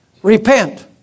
Repent